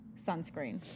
sunscreen